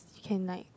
~s you can like